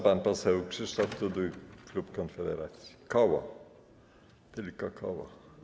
Pan poseł Krzysztof Tuduj, klub Konfederacja, koło, tylko koło.